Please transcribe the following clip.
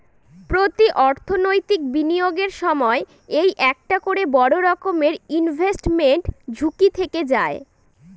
প্রতি অর্থনৈতিক বিনিয়োগের সময় এই একটা করে বড়ো রকমের ইনভেস্টমেন্ট ঝুঁকি থেকে যায়